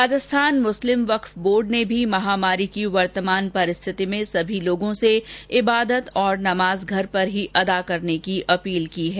Rajasthan Muslim Waqf board ने भी महामारी की वर्तमान परिस्थिति में सभी लोगों से इबादत और नमाज घर पर ही अदा करने की अपील की है